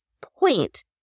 point